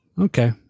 Okay